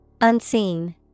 Unseen